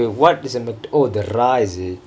the what is a oh the ர:ra is it